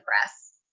press